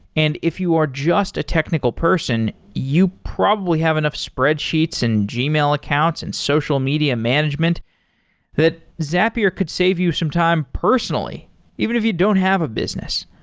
and if you are just a technical person, you probably have enough spreadsheets, and gmail accounts, and social media management that zapier could save you some time personally even if you don't have a business.